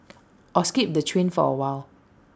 or skip the train for awhile